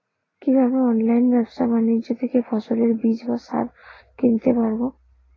কীভাবে অনলাইন ব্যাবসা বাণিজ্য থেকে ফসলের বীজ বা সার কিনতে পারবো?